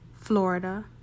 Florida